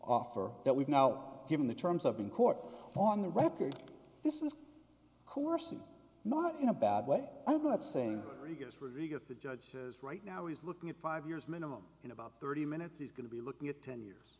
offer that we've now given the terms of in court on the record this is a course and not in a bad way i'm not saying he gets read as the judge says right now he's looking at five years minimum in about thirty minutes he's going to be looking at ten years